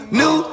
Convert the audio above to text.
new